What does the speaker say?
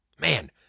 Man